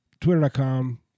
twitter.com